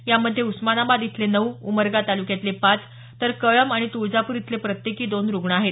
यामध्ये उस्मानाबाद इथले नऊ उमरगा तालुक्यातले पाच तर कळंब आणि तुळजापूर इथले प्रत्येकी दोन रुग्ण आहेत